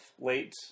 late